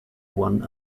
one